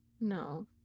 no